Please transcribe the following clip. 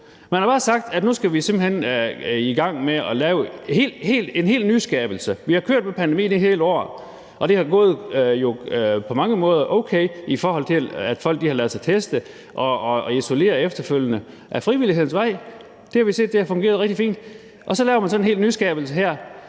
Man har bare sagt: Nu skal vi simpelt hen i gang med at lave en nyskabelse. Vi har haft pandemien et helt år, og det er jo på mange måder gået okay, i forhold til at folk har ladet sig teste og isolere efterfølgende ad frivillighedens vej. Det har vi set har fungeret rigtig fint. Og så laver man sådan en nyskabelse her